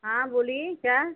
हाँ बोलिए क्या